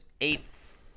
eighth